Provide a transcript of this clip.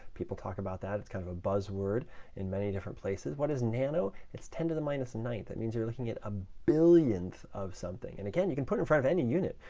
people talk about that. it's kind of a buzz word in many different places. what is nano? it's ten to the minus and ninth. that means you're looking at a billionth of something, and again, you can put it in front of any unit.